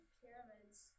pyramids